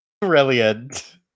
Brilliant